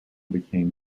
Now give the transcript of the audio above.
became